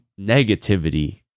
negativity